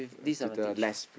to the less